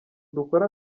dukore